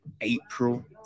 April